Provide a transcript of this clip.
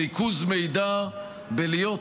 בריכוז מידע, בלהיות